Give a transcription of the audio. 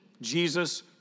Jesus